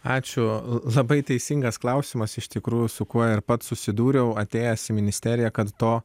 ačiū labai teisingas klausimas iš tikrųjų su kuo ir pats susidūriau atėjęs į ministeriją kad to